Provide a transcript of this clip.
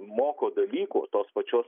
moko dalykų tos pačios